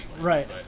Right